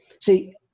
see